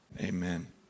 amen